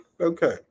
okay